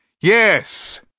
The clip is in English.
Yes